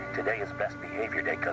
today is best behavior day, cause